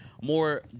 more